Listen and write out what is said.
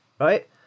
right